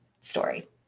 story